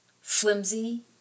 flimsy